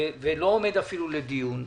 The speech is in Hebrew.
ושאינו עומד אפילו לדיון,